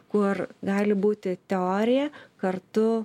kur gali būti teorija kartu